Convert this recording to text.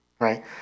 Right